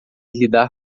lidar